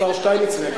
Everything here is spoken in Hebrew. השר שטייניץ נגד.